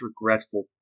regretful